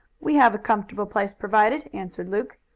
we have a comfortable place provided, answered luke.